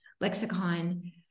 lexicon